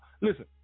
listen